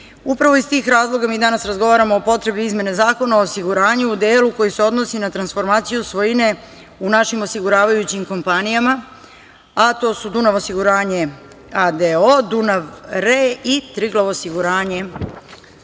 iz tih razloga mi danas razgovaramo o potrebi izmene Zakona o osiguranju u delu koji se odnosi na transformaciju svojine u našim osiguravajućim kompanijama, a to su „Dunav osiguranje“ a.d.o, „Dunav Re“ i „Triglav osiguranje“